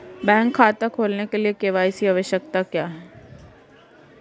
Bank खाता खोलने के लिए के.वाई.सी आवश्यकताएं क्या हैं?